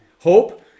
Hope